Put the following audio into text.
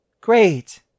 Great